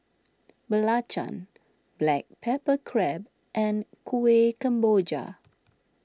Belacan Black Pepper Crab and Kueh Kemboja